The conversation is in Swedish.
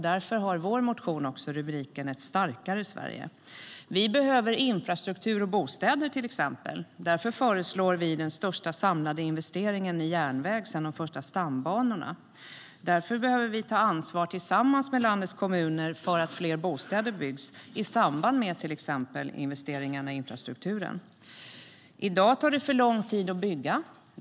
Därför har vår motion rubriken Ett starkare .Vi behöver exempelvis infrastruktur och bostäder, och därför föreslår vi den största samlade investeringen i järnväg sedan de första stambanorna började byggas. Tillsammans med landets kommuner behöver vi ta ansvar för att fler bostäder byggs, till exempel i samband med investeringarna i infrastrukturen. I dag tar det alltför lång tid att bygga.